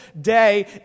day